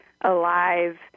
alive